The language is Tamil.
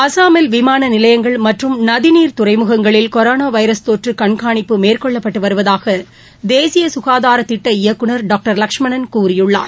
அஸ்ஸாமில் விமான நிலையங்கள் மற்றும் நதிநிர் துறைமுகங்களில் கொரோனா வைரஸ் தொற்று கண்கானிப்பு மேற்கொள்ளப்பட்டு வருவதாக தேசிய சுகாதாரத் திட்ட இயக்குநர் டாக்டர் லஷ்மணன் கூறியுள்ளார்